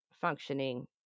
functioning